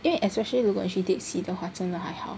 因为 especially 你去 Dead Sea 的话真的还好